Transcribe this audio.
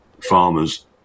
farmers